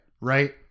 right